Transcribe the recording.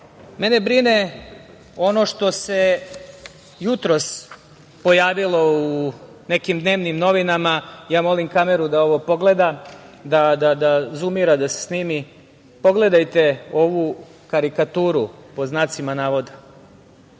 brine ono što se jutros pojavilo u nekim dnevnim novinama, ja molim kameru da ovo pogleda, da zumira, da se snimi. Pogledajte ovu „karikaturu“. Pogledajte ovaj